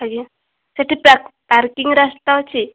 ଆଜ୍ଞା ସେଠି ପାର୍କିଙ୍ଗ ରାସ୍ତା ଅଛି